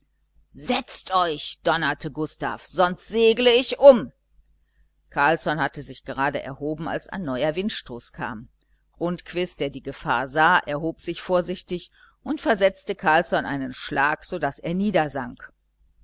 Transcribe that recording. setzt euch donnerte gustav sonst segle ich um carlsson hatte sich gerade erhoben als ein neuer windstoß kam rundquist der die gefahr sah erhob sich vorsichtig und versetzte carlsson einen schlag so daß er